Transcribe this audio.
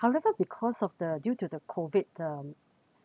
however because of the due to the COVID um